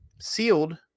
sealed